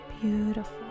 Beautiful